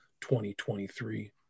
2023